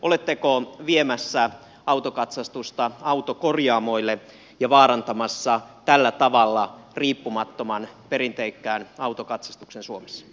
oletteko viemässä autokatsastusta autokorjaamoille ja vaarantamassa tällä tavalla riippumattoman perinteikkään autokatsastuksen suomessa